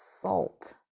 salt